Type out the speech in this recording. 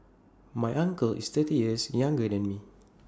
my uncle is thirty years younger than me